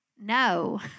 No